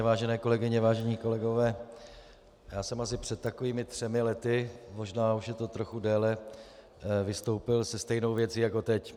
Vážené kolegyně, vážení kolegové, já jsem asi před takovými třemi lety, možná už je to trochu déle, vystoupil se stejnou věcí jako teď.